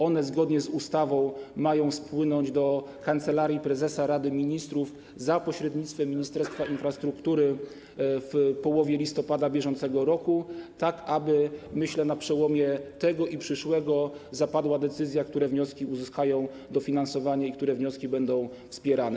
One zgodnie z ustawą mają spłynąć do Kancelarii Prezesa Rady Ministrów za pośrednictwem Ministerstwa Infrastruktury w połowie listopada br., tak aby, jak myślę, na przełomie tego i przyszłego roku zapadła decyzja, które wnioski uzyskają dofinansowanie i które wnioski będą wspierane.